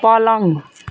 पलङ